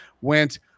went